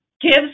gives